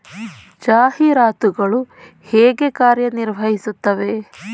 ಜಾಹೀರಾತುಗಳು ಹೇಗೆ ಕಾರ್ಯ ನಿರ್ವಹಿಸುತ್ತವೆ?